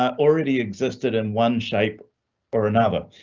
um already existed in one shape or another.